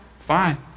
fine